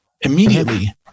Immediately